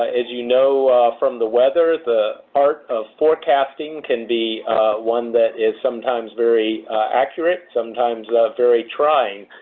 ah as you know from the weather, the art of forecasting can be one that is sometimes very accurate, sometimes very trying,